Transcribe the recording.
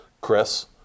Chris